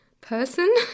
person